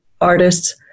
artists